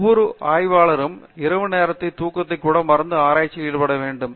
ஒவ்வொரு ஆய்வாளரும் இரவுநேர தூக்கத்தை கூட மறந்து ஆராய்ச்சியில் ஈடுபட வேண்டும்